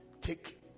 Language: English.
take